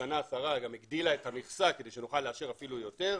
השנה השרה הגדילה את המכסה כדי שנוכל לאשר אפילו יותר.